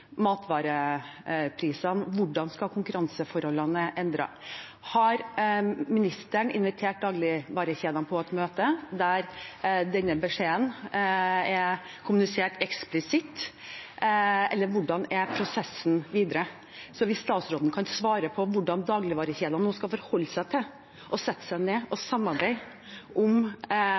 matvareprisene? Hvordan skal konkurranseforholdene endres? Har ministeren invitert dagligvarekjedene på et møte der denne beskjeden er kommunisert eksplisitt, eller hvordan er prosessen videre? Hvis statsråden kan svare på hvordan dagligvarekjedene nå skal forholde seg til å sette seg ned og samarbeide om